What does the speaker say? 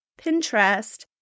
Pinterest